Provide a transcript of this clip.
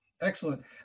Excellent